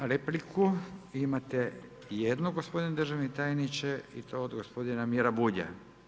Repliku, imate jednu gospodin državni tajniče i to od gospodina Mira Bulja.